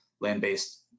land-based